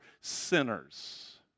sinners